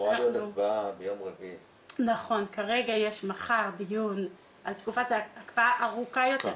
מחר יש דיון על תקופת הקפאה ארוכה יותר.